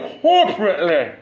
corporately